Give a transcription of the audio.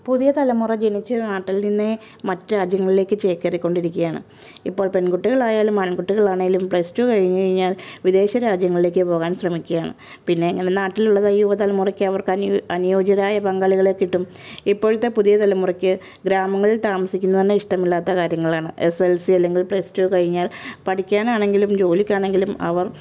പുതിയ തലമുറ ജനിച്ച നാട്ടിൽ നിന്ന് മറ്റ് രാജ്യങ്ങളിലേക്ക് ചേക്കേറിക്കൊണ്ടിരിക്കുകയാണ് ഇപ്പോൾ പെൺകുട്ടികൾ ആയാലും ആൺകുട്ടികൾ ആണെങ്കിലും പ്ലസ് ടു കഴിഞ്ഞുകഴിഞ്ഞാൽ വിദേശരാജ്യങ്ങളിലേക്ക് പോവാൻ ശ്രമിക്കുകയാണ് പിന്നെ എങ്ങനെ നാട്ടിലുള്ള തായ് യുവ തലമുറയ്ക്ക് അവർക്ക് അനു അനുയോജ്യരായ പങ്കാളികളെ കിട്ടും ഇപ്പോഴത്തെ പുതിയ തലമുറയ്ക്ക് ഗ്രാമങ്ങളിൽ താമസിക്കുന്നതുതന്നെ ഇഷ്ടമില്ലാത്ത കാര്യങ്ങളാണ് എസ് എൽ സി അല്ലെങ്കിൽ പ്ലസ് ടു കഴിഞ്ഞാൽ പഠിക്കാനാണെങ്കിലും ജോലിക്കാണെങ്കിലും അവർ